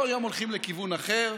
כל יום הולכים לכיוון אחר.